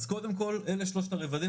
אז קודם כל אלה שלושת הרבדים,